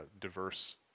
diverse